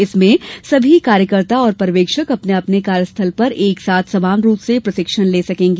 इसमें सभी कार्यकर्ता और पर्यवेक्षक अपने अपने कार्यस्थल पर एक साथ समान रूप से प्रशिक्षण ले सकेंगी